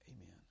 Amen